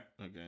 okay